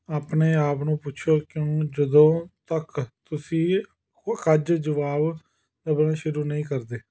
ਆਪਣੇ ਆਪ ਨੂੰ ਪੁੱਛੋ ਕਿਉਂ ਜਦੋਂ ਤੱਕ ਤੁਸੀਂ ਅੱਜ ਜਵਾਬ ਲੱਭਣਾ ਸ਼ੁਰੂ ਨਹੀਂ ਕਰਦੇ